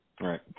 right